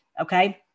okay